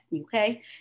okay